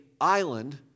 island